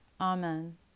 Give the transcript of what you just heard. Amen